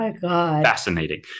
fascinating